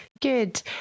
Good